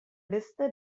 liste